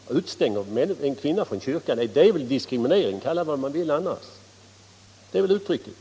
Att utestänga en kvinna från kyrkan är väl diskriminering, sedan må man kalla det för vad man vill. Diskriminering är det rätta uttrycket.